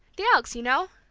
the elks, you know.